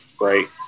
right